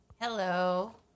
Hello